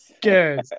good